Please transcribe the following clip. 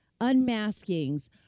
unmaskings